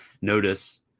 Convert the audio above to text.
notice